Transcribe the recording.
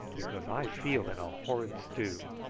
because i feel in a horrid stew,